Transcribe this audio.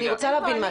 אז אתם מפעילים אותם?